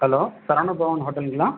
hello Saravana Bhavan ஹோட்டலுங்களா